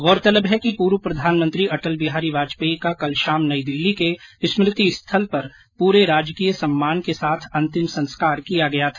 गौरतलब है कि पूर्व प्रधानमंत्री अटल बिहारी वाजपेयी का कल शाम नई दिल्ली के स्मृति स्थल पर पूरे राजकीय सम्मान के साथ अंतिम संस्कार किया गया था